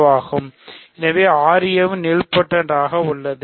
ra என்பதும் nilpotent